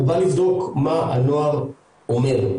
הוא בא לבדוק מה הנוער אומר.